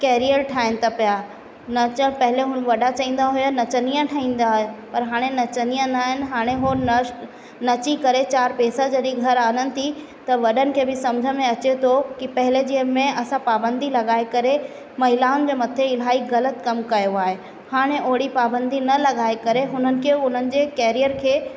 career ठाहिनि था पिया नचण पहले हू वॾा चाहींदा हुआ नचनिया ठहींदा पर हाणे नचनिया न आहिनि हाणे उहो नश नची करे चारि पैसा जॾहिं घर आणनि थी व त वॾनि खे बि समुझ में अचे थो कि पहले ज़माने में असां पाबंदी लॻाए करे महिलाउनि जे मथे इलाही ग़लत कमु कयो आहे हाणे ओड़ी पाबंदी न लॻाए करे हुननि खे हुननि जे कैरियर खे